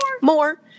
More